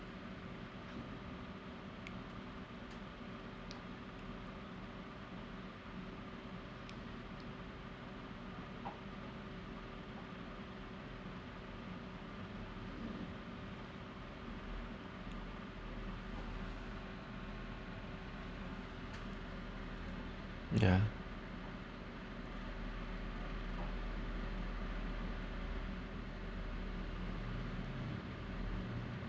yeah